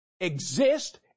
exist